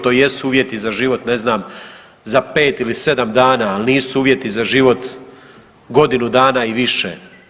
To jesu uvjeti za život, ne znam, za 5 ili 7 dana, ali nisu uvjeti za život godinu dana i više.